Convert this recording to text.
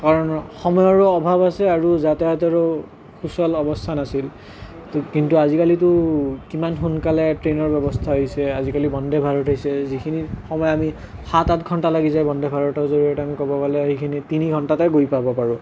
কাৰণ সময়ৰো অভাৱ আছে আৰু যাতায়াতৰো সুচল অৱস্থা নাছিল কিন্তু আজিকালিতো কিমান সোনকালে ট্ৰেইনৰ ব্যৱস্থা হৈছে আজিকালি বন্দে ভাৰত হৈছে যিখিনি সময় আমি সাত আঠ ঘণ্টা লাগি যায় বন্দে ভাৰতৰ জৰিয়তে আমি ক'বলৈ গ'লে সেইখিনি তিনি ঘণ্টাতে গৈ পাব পাৰোঁ